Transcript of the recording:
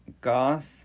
Goth